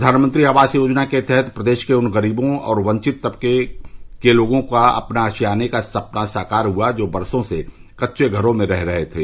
प्रधानमंत्री आवास योजना के तहत प्रदेश के उन गरीबों और वंचित तबके के लोगों का अपने आशियाने का सपना साकार हुआ है जो बरसों से कच्चे घरों में रह रहे थे